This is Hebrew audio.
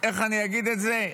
איך אני אגיד את זה,